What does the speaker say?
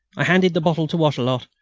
i handed the bottle to wattrelot,